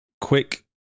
quick